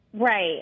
Right